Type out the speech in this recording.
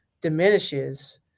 diminishes